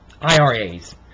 iras